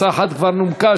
הצעה אחת כבר נומקה,